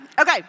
Okay